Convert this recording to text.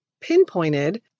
pinpointed